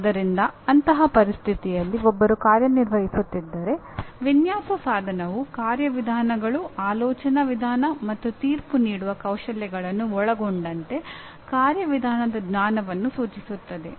ಆದ್ದರಿಂದ ಅಂತಹ ಪರಿಸ್ಥಿತಿಯಲ್ಲಿ ಒಬ್ಬರು ಕಾರ್ಯನಿರ್ವಹಿಸುತ್ತಿದ್ದರೆ ವಿನ್ಯಾಸ ಸಾಧನವು ಕಾರ್ಯವಿಧಾನಗಳು ಆಲೋಚನಾ ವಿಧಾನ ಮತ್ತು ತೀರ್ಪು ನೀಡುವ ಕೌಶಲ್ಯಗಳನ್ನು ಒಳಗೊಂಡಂತೆ ಕಾರ್ಯವಿಧಾನದ ಜ್ಞಾನವನ್ನು ಸೂಚಿಸುತ್ತದೆ